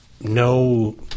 no